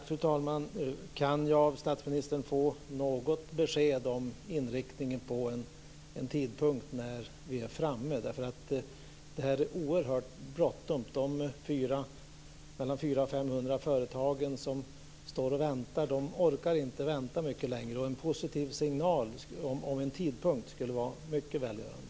Fru talman! Kan jag av statsministern få något besked om inriktningen på en tidpunkt när vi är framme? Det är oerhört bråttom. De mellan 400 och 500 företag som väntar, orkar inte vänta mycket längre. En positiv signal om en tidpunkt skulle vara mycket välgörande.